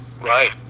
Right